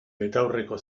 betaurreko